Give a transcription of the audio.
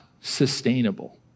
sustainable